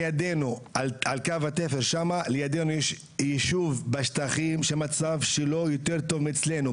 לידנו על קו התפר שם יש ישוב בשטחים שהמצב שלו הרבה יותר טוב מאצלנו,